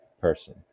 person